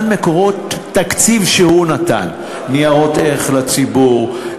מקורות תקציב שהוא נתן: ניירות ערך לציבור,